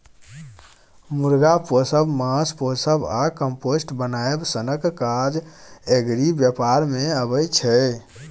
मुर्गा पोसब, माछ पोसब आ कंपोस्ट बनाएब सनक काज एग्री बेपार मे अबै छै